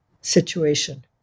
situation